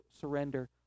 surrender